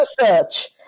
research